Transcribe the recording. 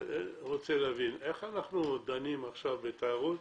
איך אנחנו דנים עכשיו בתיירות,